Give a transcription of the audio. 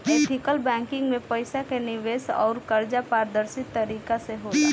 ethical banking में पईसा के निवेश अउर कर्जा पारदर्शी तरीका से होला